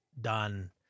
done